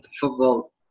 football